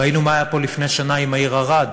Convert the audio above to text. ראינו מה היה פה לפני שנה עם העיר ערד.